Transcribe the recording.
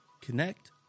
Connect